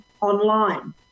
online